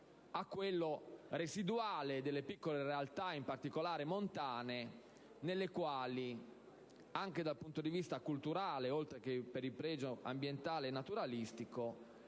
e quello residuale delle piccole realtà, in particolare di quelle montane, nelle quali anche dal punto di vista culturale, oltre che per il pregio ambientale e naturalistico,